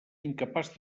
incapaç